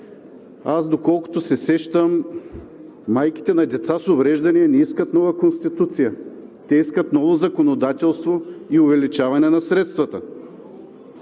Аз доколкото се сещам, майките на деца с увреждания не искат нова Конституция, те искат ново законодателство и увеличаване на средствата.